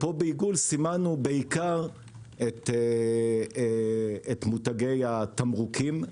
פה בעיגול סימנו בעיקר את מותגי התמרוקים,